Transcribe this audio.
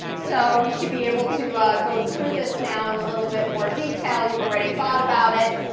so we should be able to go through this now in a little bit more detail. you've already thought about it.